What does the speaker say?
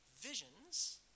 visions